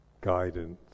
guidance